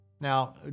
Now